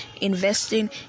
investing